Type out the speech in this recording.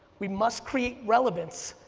we must create relevance,